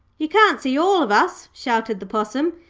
you can't see all of us shouted the possum,